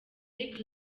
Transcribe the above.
meek